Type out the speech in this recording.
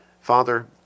Father